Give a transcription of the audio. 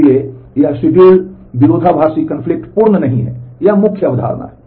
इसलिए यह शेड्यूल विरोधाभासी पूर्ण नहीं है यह मुख्य अवधारणा है